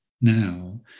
now